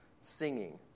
singing